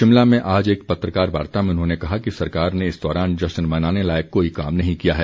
शिमला में आज एक पत्रकार वार्ता में उन्होंने कहा कि सरकार ने इस दौरान जश्न मनाने लायक कोई काम नहीं किया है